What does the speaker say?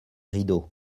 rideaux